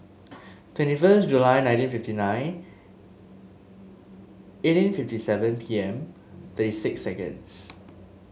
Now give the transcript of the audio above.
twenty first July nineteen fifty nine eighteen fifty seven P M thirty six seconds